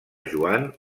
joan